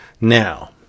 Now